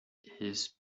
his